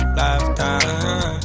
lifetime